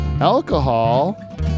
alcohol